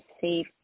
save